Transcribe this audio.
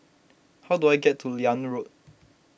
how do I get to Liane Road